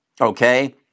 Okay